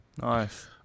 Nice